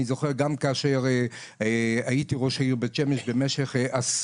אני זוכר גם כאשר הייתי ראש העיר בית שמש משך עשור,